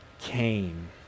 came